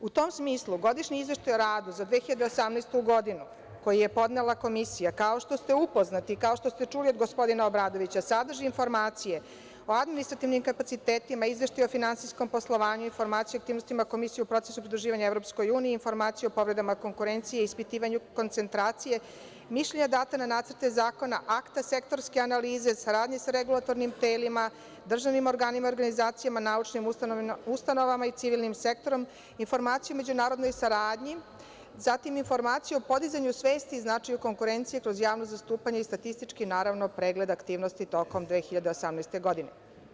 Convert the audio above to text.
U tom smislu, godišnji Izveštaj o radu za 2018. godinu, koji je podnela Komisija, kao što ste upoznati, kao što ste čuli od gospodina Obradovića, sadrži informacije o administrativnim kapacitetima, Izveštaj o finansijskom poslovanju, informacije o aktivnostima Komisije u procesu pridruživanja EU, informacije o povredama konkurencije, ispitivanju koncentracije, mišljenja data na nacrte zakona, akta, sektorske analize, saradnje sa regulatornim telima, državnim organima, organizacijama, naučnim ustanovama i civilnim sektorom, informacije o međunarodnoj saradnji, zatim informacije o podizanju svesti i značaju konkurencije kroz javno zastupanje i statistički, naravno, pregled aktivnosti tokom 2018. godine.